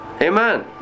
Amen